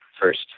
first